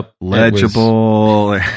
legible